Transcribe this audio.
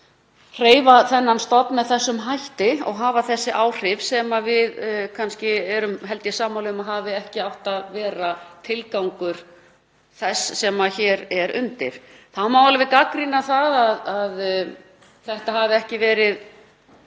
hreyfa þennan stofn með þessum hætti og hafa þessi áhrif sem við erum, held ég, sammála um að hafi ekki átt að vera tilgangur þess sem hér er undir. Þá má alveg gagnrýna það að þetta hafi ekki verið